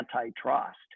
antitrust